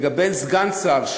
ולגבי סגן שר,